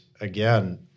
again